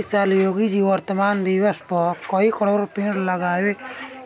इ साल योगी जी पर्यावरण दिवस पअ कई करोड़ पेड़ लगावे